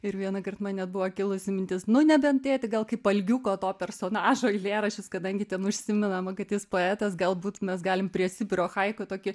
ir vienąkart man net buvo kilusi mintis nu nebent tėti gal kaip algiuko to personažo eilėraščius kadangi ten užsimenama kad jis poetas galbūt mes galim prie sibiro haiku tokį